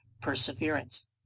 perseverance